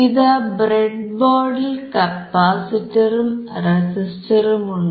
ഇതാ ബ്രെഡ്ബോർഡിൽ കപ്പാസിറ്ററും റെസിസ്റ്ററുമുണ്ട്